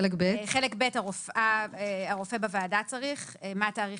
חלק ב' הרופא בוועדה צריך מה התאריך